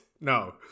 no